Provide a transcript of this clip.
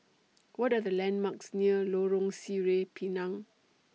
What Are The landmarks near Lorong Sireh Pinang